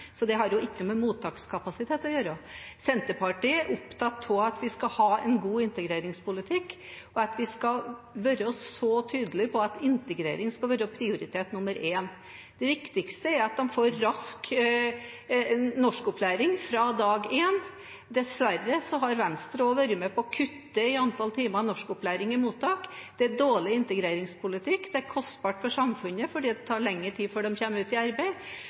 så det har ikke noe med mottakskapasitet å gjøre. Senterpartiet er opptatt av at vi skal ha en god integreringspolitikk, og at vi skal være tydelige på at integrering skal være prioritet nr. 1. Det viktigste er at de får rask norskopplæring fra dag én. Dessverre har Venstre også vært med på å kutte i antall timer norskopplæring i mottak. Det er dårlig integreringspolitikk, det er kostbart for samfunnet fordi det tar lengre tid før de kommer ut i arbeid,